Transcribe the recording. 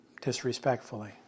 disrespectfully